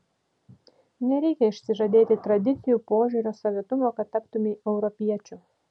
nereikia išsižadėti tradicijų požiūrio savitumo kad taptumei europiečiu